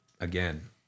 again